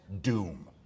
doom